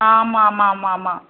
ஆமாம் ஆமாம் ஆமாம் ஆமாம்